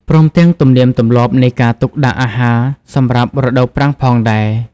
ព្រមទាំងទំនៀមទម្លាប់នៃការទុកដាក់អាហារសម្រាប់រដូវប្រាំងផងដែរ។